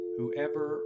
Whoever